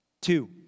Two